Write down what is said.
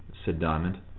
said diamond.